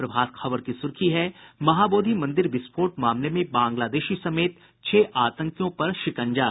प्रभात खबर की सुर्खी है महाबोधि मंदिर विस्फोट मामले में बांग्लादेशी समेत छह आतंकियों पर शिकंजा